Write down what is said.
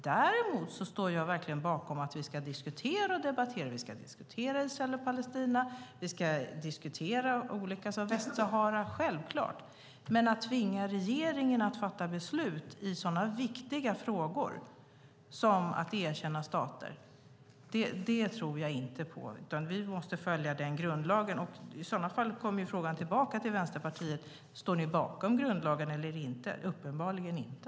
Däremot står jag verkligen bakom att vi ska diskutera och debattera Israel och Palestina, Västsahara och så vidare. Det är självklart. Men att tvinga regeringen att fatta beslut i sådana viktiga frågor som att erkänna stater tror jag inte på. Vi måste följa grundlagen. I sådana fall kommer frågan tillbaka till Vänsterpartiet: Står ni bakom grundlagen eller inte? Uppenbarligen inte.